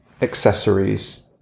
accessories